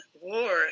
war